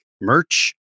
merch